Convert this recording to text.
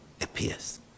Appears